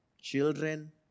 Children